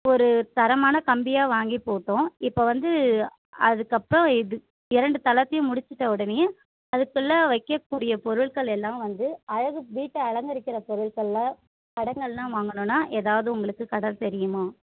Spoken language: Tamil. ஒரு தரமான கம்மியாக வாங்கி போட்டோம் இப்போ வந்து அதுக்கப்புறம் இது இரண்டு தளத்தையும் முடிச்சுட்டவொடனேயே அதுக்குள்ளே வைக்கக்கூடிய பொருட்கள் எல்லாம் வந்து அழகு வீட்டை அலங்கரிக்கிற பொருட்கள்லாம் படங்களெலாம் வாங்கணுன்னால் ஏதாவது உங்களுக்கு கடை தெரியுமா